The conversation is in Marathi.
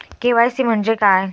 के.वाय.सी म्हणजे काय?